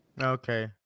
Okay